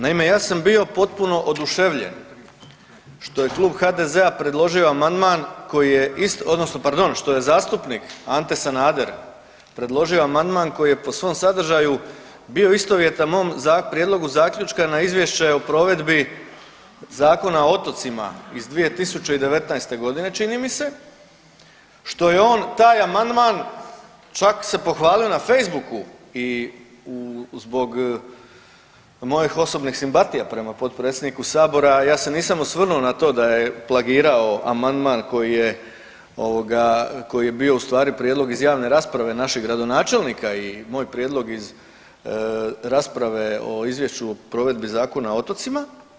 Naime, ja sam bio oduševljen što je Klub HDZ-a predložio amandman koji je isto, odnosno pardon, što je zastupnik Ante Sanader predložio amandman koji je po svom sadržaju bio istovjetan mom prijedlogu zaključka na izvješće o provedbi Zakona o otocima iz 2019. godine, čini mi se, što je on taj amandman, čak se pohvalio na Facebooku, i u, zbog mojih osobnih simpatija prema potpredsjedniku Sabora, ja se nisam osvrnuo na to da je plagirao amandman koji je ovoga, koji je bio u stvari prijedlog iz javne rasprave našeg gradonačelnika i moj prijedlog iz rasprave o Izvješću o provedbi Zakona o otocima.